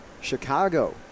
Chicago